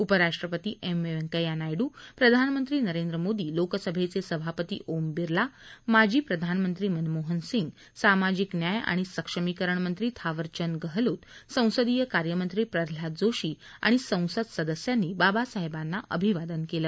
उपराष्ट्रपती एम व्यंकय्या नायडू प्रधानमंत्री नरेंद्र मोदी लोकसभेचे सभापती ओम बिर्ला माजी प्रधानमंत्री मनमोहन सिंग सामाजिक न्याय आणि सक्षमीकरण मंत्री थावरचंद गेहलोत संसदीय कार्यमंत्री प्रल्हाद जोशी आणि संसद सदस्यांनी बाबासाहेबांना अभिवादन केलं